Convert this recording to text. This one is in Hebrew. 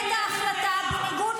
באמת,